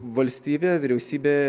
valstybė vyriausybė